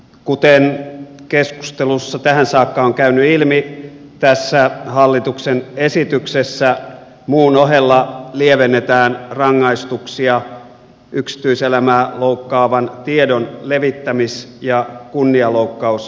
kuten keskustelussa tähän saakka on käynyt ilmi tässä hallituksen esityksessä muun ohella lievennetään rangaistuksia yksityiselämää loukkaavan tiedon levittämis ja kunnianloukkausrikoksista